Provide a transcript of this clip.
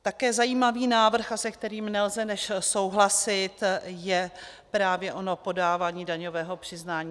Také zajímavý návrh, se kterým nelze než souhlasit, je právě ono podávání daňového přiznání.